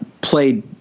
Played